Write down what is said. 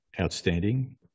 outstanding